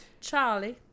Charlie